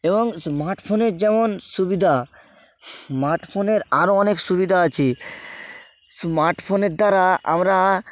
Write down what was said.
এবং স্মার্টফোনের যেমন সুবিধা স্মার্টফোনের আরো অনেক সুবিধা আছে স্মার্টফোনের দ্বারা আমরা